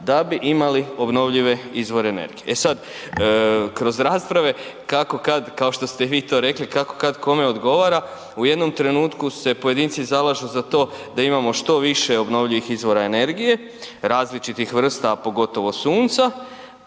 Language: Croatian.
da bi imali obnovljive izvore energije. E sad, kroz rasprave, kako kad kao što ste i vi to rekli, kako kad kome odgovara, u jednom trenutku se pojedinci zalažu za to da imamo što više obnovljivih izvora energije, različitih vrsta a pogotovo sunca.